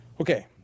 Okay